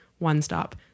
one-stop